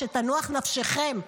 שתנוח נפשכם.